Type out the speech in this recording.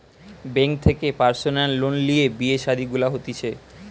bank থেকে personal loan লিয়ে বিয়ে শাদী গুলা হতিছে